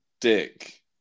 dick